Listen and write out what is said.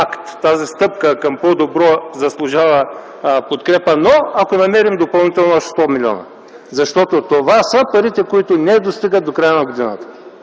тази стъпка към по-добро заслужава подкрепа, но ако намерим допълнително още 100 милиона. Защото това са парите, които не достигат до края на годината.